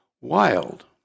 Wild